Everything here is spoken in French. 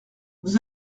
vous